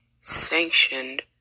sanctioned